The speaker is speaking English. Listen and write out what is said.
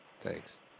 Thanks